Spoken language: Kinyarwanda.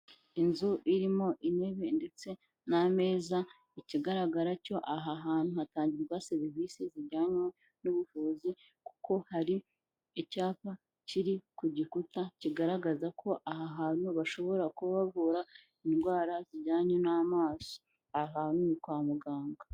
Inzu irimo intebe ndetse n'ameza, ikigaragara cyo aha hantu hatangirwa serivisi zijyanye n'ubuvuzi kuko hari icyapa kiri ku gikuta kigaragaza ko aha hantu bashobora kuba bavura indwara zijyanye n'amaso, aha hantu ni kwa muganga.